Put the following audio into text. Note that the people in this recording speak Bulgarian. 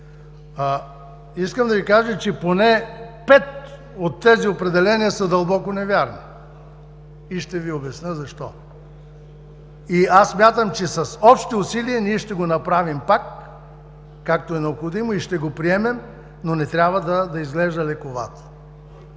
Искам да Ви кажа, че поне пет от тези определения са дълбоко неверни и ще Ви обясня защо. Смятам, че с общи усилия ние ще го направим пак, както е необходимо, и ще го приемем, но не трябва да изглежда лековато.